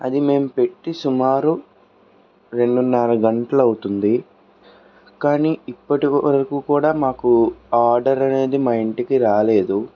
అది మేము పెట్టి సుమారు రెండున్నర గంటలవుతుంది కానీ ఇప్పటివరకు కూడా మాకు ఆర్డర్ అనేది మా ఇంటికి రాలేదు